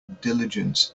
diligence